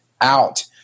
out